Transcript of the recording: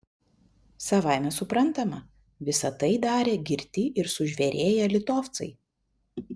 savaime suprantama visa tai darė girti ir sužvėrėję litovcai